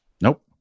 Nope